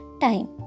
time